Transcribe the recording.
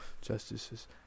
Justices